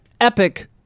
Epic